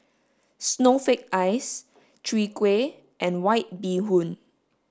snowflake ice chwee kueh and white bee hoon